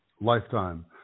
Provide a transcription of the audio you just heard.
lifetime